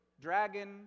dragon